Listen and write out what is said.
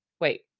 Wait